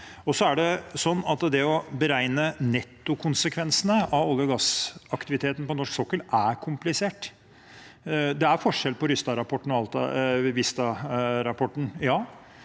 det. Å beregne nettokonsekvensene av olje- og gassaktiviteten på norsk sokkel er komplisert. Det er forskjell på Rystad-rapporten og Vista-rapporten,